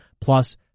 plus